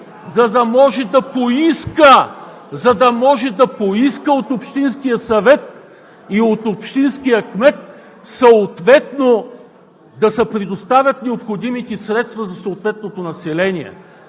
за да може да поиска от общинския съвет и от общинския кмет съответно да се предоставят необходимите средства за населението.